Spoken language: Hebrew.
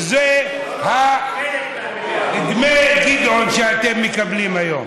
ואלה דמי גדעון שאתם מקבלים היום,